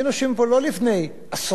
היינו יושבים פה לא לפני עשור,